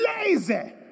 lazy